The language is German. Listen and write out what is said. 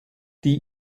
die